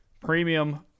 Premium